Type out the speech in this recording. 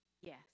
yes